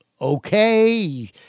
okay